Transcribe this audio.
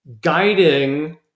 guiding